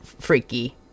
freaky